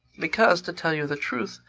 because, to tell you the truth,